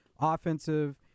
offensive